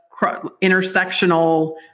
intersectional